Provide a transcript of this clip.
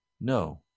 No